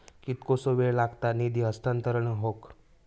कितकोसो वेळ लागत निधी हस्तांतरण हौक?